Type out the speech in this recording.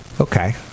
Okay